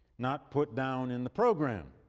not put down in the program.